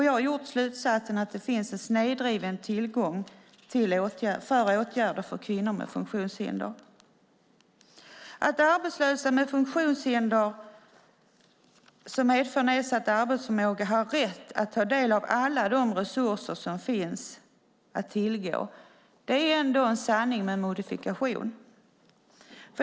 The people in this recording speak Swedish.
Jag har dragit slutsatsen att det finns en snedvriden tillgång till åtgärder för kvinnor med funktionshinder. Att arbetslösa med funktionshinder som medför nedsatt arbetsförmåga har rätt att ta del av alla de resurser som finns att tillgå är en sanning med modifikation.